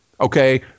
Okay